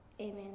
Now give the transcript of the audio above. Amen